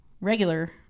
regular